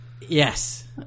yes